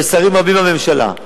ששרים רבים בממשלה,